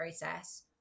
process